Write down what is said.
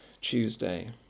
Tuesday